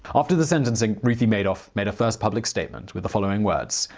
after the sentencing, ruthie madoff made her first public statement with the following words.